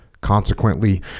Consequently